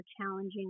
challenging